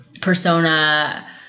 persona